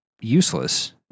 useless